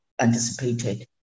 anticipated